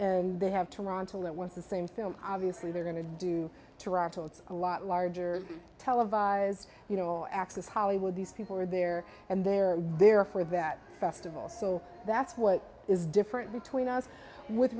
and they have toronto that wants the same film obviously they're going to do toronto it's a lot larger televised you know access hollywood these people are there and they're there for that festival so that's what is different between us with